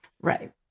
Right